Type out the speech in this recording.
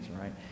right